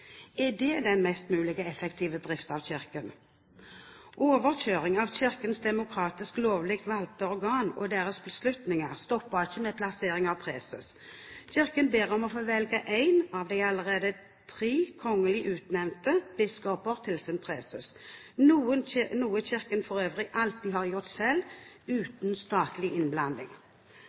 er det den mest mulig effektive drift av Kirken? Overkjøring av Kirkens demokratisk lovlig valgte organ og deres beslutninger stopper ikke med plassering av preses. Kirken ber om å få velge én av de tre allerede kongelig utnevnte biskoper til sin preses, noe Kirken for øvrig alltid har gjort selv, uten statlig innblanding.